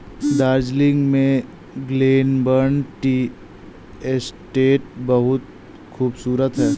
दार्जिलिंग में Glenburn tea estate बहुत खूबसूरत है